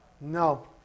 No